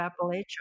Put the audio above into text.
Appalachia